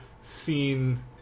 seen